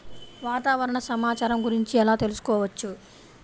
వాతావరణ సమాచారం గురించి ఎలా తెలుసుకోవచ్చు?